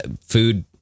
food